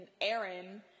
Aaron